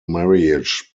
marriage